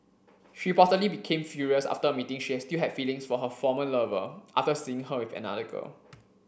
she reportedly became furious after admitting she still had feelings for her former lover after seeing her with another girl